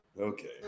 Okay